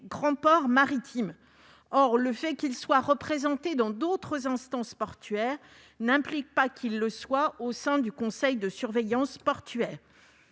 grands ports maritimes. Or le fait qu'il soit représenté dans d'autres instances portuaires n'implique pas nécessairement qu'il le soit au sein du conseil de surveillance portuaire.